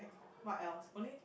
what else only